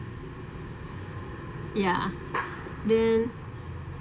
ya the